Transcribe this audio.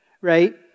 right